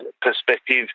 perspective